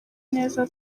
neza